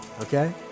Okay